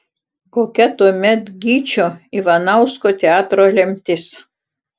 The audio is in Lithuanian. kokia tuomet gyčio ivanausko teatro lemtis